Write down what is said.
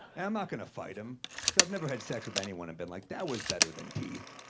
i'm not gonna fight him, because i've never had sex with anyone and been like that was better than teeth.